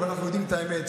אבל אנחנו יודעים את האמת.